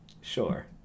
sure